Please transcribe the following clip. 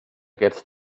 against